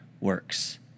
works